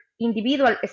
individual